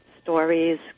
stories